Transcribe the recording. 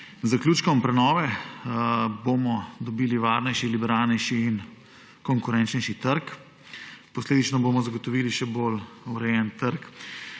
Z zaključkom prenove bomo dobili varnejši, liberalnejši in konkurenčnejši trg. Posledično bomo zagotovili še bolj urejen trg.